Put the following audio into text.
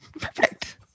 Perfect